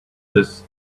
this